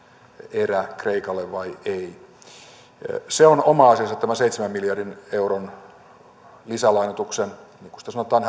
erä kreikalle vai ei tämä seitsemän miljardin euron lisälainoituksen hätälainoituksen niin kuin sitä sanotaan